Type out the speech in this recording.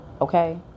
okay